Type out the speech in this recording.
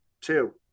two